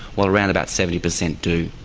while around about seventy percent do.